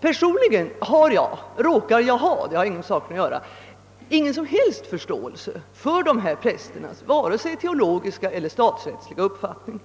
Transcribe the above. Personligen har jag, fast detta egentligen inte har med saken att göra, ingen som helst förståelse för dessa prästers vare sig teologiska eller statsrättsliga uppfattning,